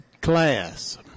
class